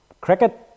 cricket